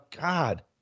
God